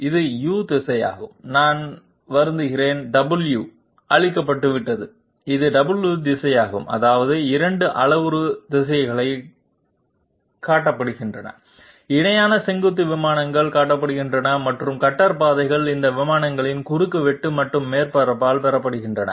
இது u திசையாகும் நான் வருந்துகிறேன் w அழிக்கப்பட்டுவிட்டது இது w திசையாகும் அதாவது 2 அளவுரு திசைகள் காட்டப்படுகின்றன இணையான செங்குத்து விமானங்கள் காட்டப்படுகின்றன மற்றும் கட்டர் பாதைகள் இந்த விமானங்களின் குறுக்குவெட்டு மற்றும் மேற்பரப்பால் பெறப்படுகின்றன